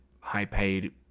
high-paid